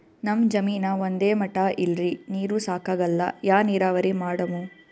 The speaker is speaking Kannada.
ನಮ್ ಜಮೀನ ಒಂದೇ ಮಟಾ ಇಲ್ರಿ, ನೀರೂ ಸಾಕಾಗಲ್ಲ, ಯಾ ನೀರಾವರಿ ಮಾಡಮು?